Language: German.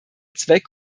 zweck